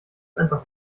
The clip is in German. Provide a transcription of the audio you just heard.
einfach